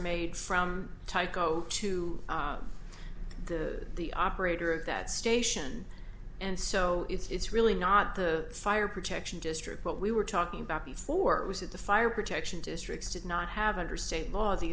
made from tyco to the the operator of that station and so it's really not the fire protection district what we were talking about before was that the fire protection districts did not have under state law the